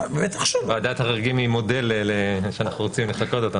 ועדת חריגים היא מודל שאנחנו רוצים לחקות?